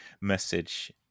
message